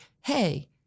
Hey